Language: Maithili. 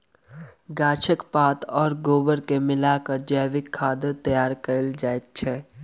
गाछक पात आ गोबर के मिला क जैविक खाद तैयार कयल जाइत छै